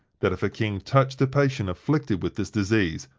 that if a king touched a patient afflicted with this disease,